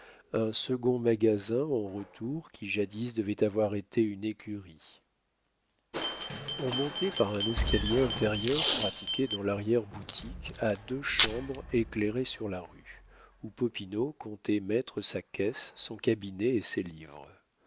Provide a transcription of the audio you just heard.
un second magasin en retour qui jadis devait avoir été une écurie on montait par un escalier intérieur pratiqué dans l'arrière-boutique à deux chambres éclairées sur la rue où popinot comptait mettre sa caisse son cabinet et ses livres